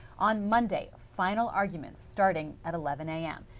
on monday, final arguments starting at eleven am.